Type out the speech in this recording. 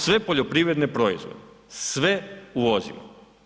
Sve poljoprivredne proizvode, sve uvozimo.